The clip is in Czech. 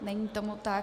Není tomu tak.